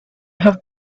have